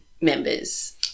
members